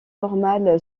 normal